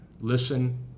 listen